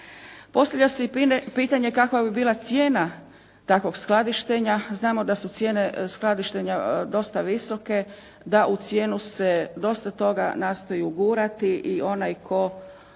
Postavlja se i pitanje kakva bi bila cijena takvog skladištenja? Znamo da su cijene skladištenja dosta visoke. Da u cijenu se dosta toga nastoji ugurati i onaj tko